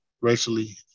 racially